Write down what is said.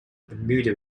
bermuda